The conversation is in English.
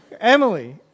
Emily